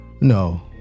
no